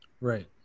Right